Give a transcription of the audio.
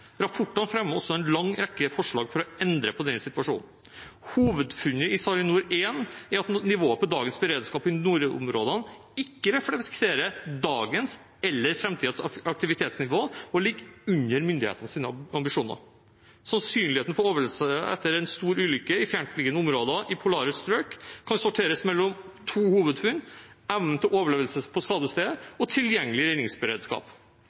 Rapportene fremmer også en lang rekke forslag for å endre på den situasjonen. Hovedfunnet i SARiNOR1 er at nivået på dagens beredskap i nordområdene ikke reflekterer dagens eller framtidens aktivitetsnivå og ligger under myndighetenes ambisjoner. Sannsynligheten for overlevelse etter en stor ulykke i fjerntliggende områder i polare strøk kan sorteres mellom to hovedfunn: evnen til overlevelse på skadestedet og tilgjengelig redningsberedskap.